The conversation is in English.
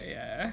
yeah